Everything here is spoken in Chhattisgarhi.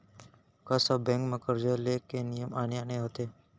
का सब बैंक म करजा ले के नियम आने आने होथे?